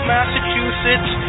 Massachusetts